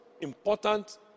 important